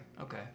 Okay